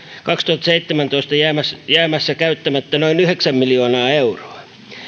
kaksituhattaseitsemäntoista jäämässä jäämässä käyttämättä noin yhdeksän miljoonaa euroa